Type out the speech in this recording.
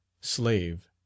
slave